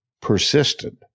persistent